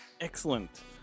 Excellent